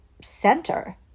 center